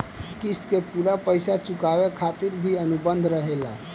क़िस्त के पूरा पइसा चुकावे खातिर भी अनुबंध रहेला